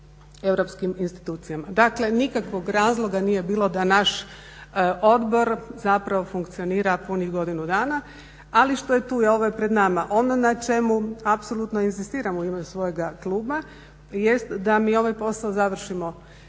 europskim institucija. Dakle, nikakvog razloga nije bilo da naš odbor zapravo funkcionira punih godinu dana. Ali što je tu je, ovo je pred nama. Ono na čemu apsolutno inzistiram u ime svojega kluba jest da mi ovaj posao završimo do